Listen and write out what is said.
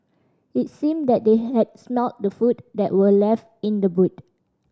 it seemed that they had smelt the food that were left in the boot